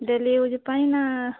daily use ପାଇଁ ନା